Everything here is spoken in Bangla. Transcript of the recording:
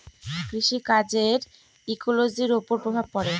কৃষি কাজের ইকোলোজির ওপর প্রভাব পড়ে